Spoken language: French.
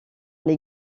les